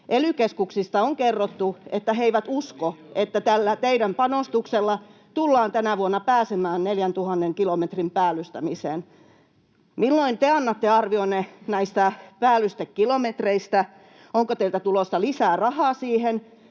Ely-keskuksista on kerrottu, että he eivät usko, että tällä teidän panostuksellanne tullaan tänä vuonna pääsemään 4 000 kilometrin päällystämiseen. Milloin te annatte arvionne näistä päällystekilometreistä? Onko teiltä tulossa lisää rahaa niihin?